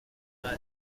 una